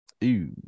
Ew